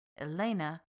Elena